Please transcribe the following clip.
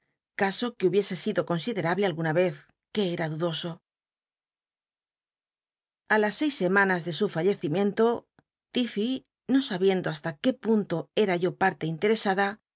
caso que hubiese sido considerable alguna vez que er a dudoso a las seis semanas de su fallecimiento l'ifl'ey no sabiendo hasta qué punto era yo parte intet'esada